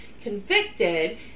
convicted